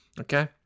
Okay